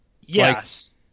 Yes